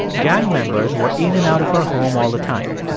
gang members were in and out of her home all the time.